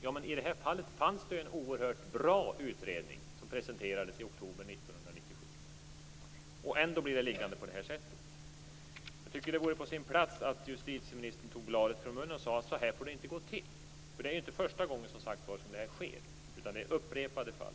Ja, men i det här fallet fanns det ju en oerhört bra utredning, som presenterades i oktober 1997. Ändå blir ärendet liggande på det här sättet. Det vore på sin plats att justitieministern tog bladet från munnen och sade att det inte får gå till så här. Det är som sagt inte första gången som det här sker, utan det handlar om upprepade fall.